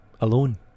alone